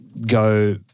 go